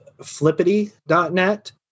flippity.net